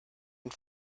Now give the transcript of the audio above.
and